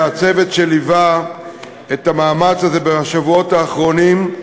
הצוות שליווה את המאמץ הזה בשבועות האחרונים.